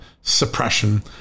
suppression